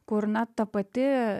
kur na ta pati